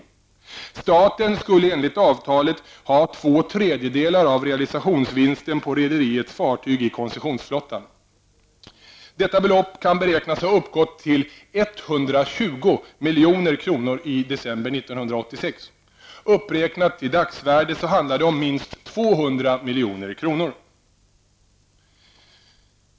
Staten skulle enligt avtalet ha två tredjedelar av realisationsvinsten på rederiets fartyg i koncessionsflottan. Detta belopp kan beräknas ha uppgått till 120 milj.kr. i december 1986. Uppräknat till dagsvärde handlar det om minst 200 milj.kr.